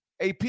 AP